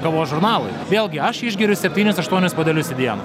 kavos žurnalai vėlgi aš išgeriu septynis aštuonis puodelius į dieną